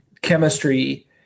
chemistry